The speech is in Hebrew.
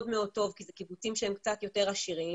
כי הם קיבוצים שהם קצת יותר עשירים,